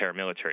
paramilitary